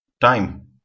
time